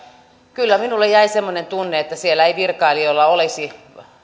kyllä minulle jäi semmoinen tunne että siellä ei virkailijoilla olisi